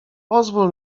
pozwól